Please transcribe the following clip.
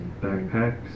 backpacks